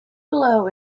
below